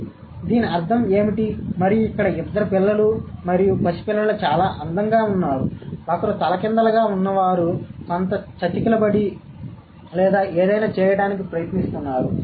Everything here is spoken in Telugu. కాబట్టి దీని అర్థం ఏమిటి మరియు అక్కడ ఇద్దరు పిల్లలు మరియు పసిపిల్లలు చాలా అందంగా ఉన్నారు ఒకరు తలకిందులుగా ఉన్నవారు కొంత చతికిలబడి లేదా ఏదైనా చేయడానికి ప్రయత్నిస్తున్నారు